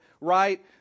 right